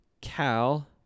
Cal